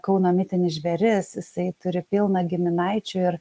kauno mitinis žvėris jisai turi pilna giminaičių ir